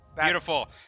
Beautiful